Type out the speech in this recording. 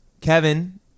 Kevin